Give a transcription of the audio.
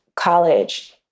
College